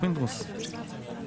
תודה.